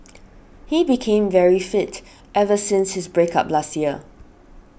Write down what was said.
he became very fit ever since his break up last year